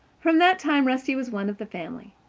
from that time rusty was one of the family.